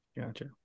gotcha